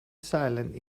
silent